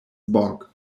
bog